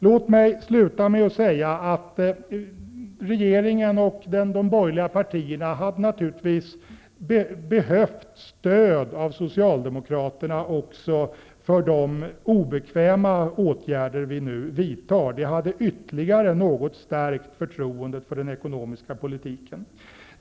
Låt mig avsluta med att säga att regeringen och de borgerliga partierna naturligtvis hade behövt stöd av Socialdemokraterna också för de obekväma åtgärder som vi nu vidtar. Det hade ytterligare något stärkt förtroendet för den ekonomiska politiken.